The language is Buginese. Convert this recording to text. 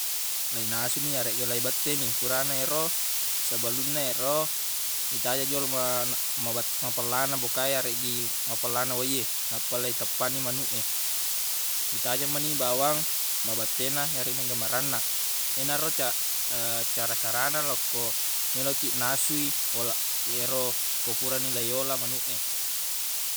Leinasuni yaregga leibette ni furana ero sebelunna ero itajeng joloq ma- mabet- mapellana boka e yareggi mapellana wai e nappa leiteppang manuq e itajeng mani bawang mabette na yarenegga ma ranna yenaro ca- cara-carana lokko meloq kiq nasui ola- yero ko furani leiyola manuq e.